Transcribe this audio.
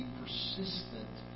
persistent